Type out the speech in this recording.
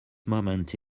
moment